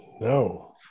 No